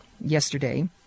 yesterday